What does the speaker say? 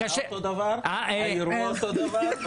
התוצאה אותו דבר, האירוע אותו דבר.